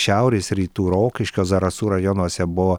šiaurės rytų rokiškio zarasų rajonuose buvo